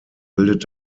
bildet